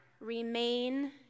remain